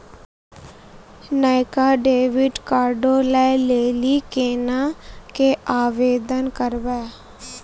नयका डेबिट कार्डो लै लेली केना के आवेदन करबै?